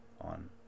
on